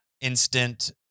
instant